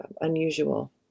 unusual